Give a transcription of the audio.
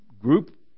group